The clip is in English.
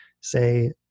say